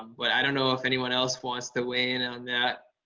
but i don't know if anybody else wants to weigh in on that,